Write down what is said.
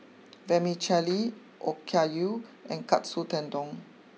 Vermicelli Okayu and Katsu Tendon